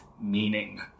meaning